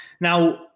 Now